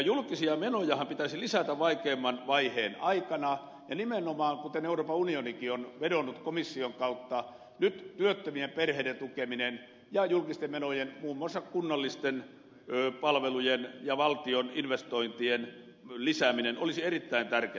julkisia menojahan pitäisi lisätä vaikeimman vaiheen aikana ja kuten euroopan unionikin on vedonnut komission kautta nyt nimenomaan työttömien perheiden tukeminen ja julkisten menojen muun muassa kunnallisten palvelujen ja valtion investointien lisääminen olisi erittäin tärkeätä